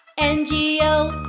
n g o